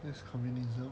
that's communism